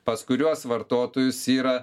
pas kuriuos vartotojus yra